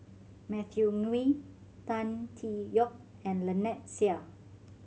Matthew Ngui Tan Tee Yoke and Lynnette Seah